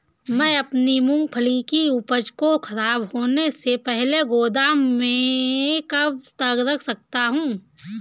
मैं अपनी मूँगफली की उपज को ख़राब होने से पहले गोदाम में कब तक रख सकता हूँ?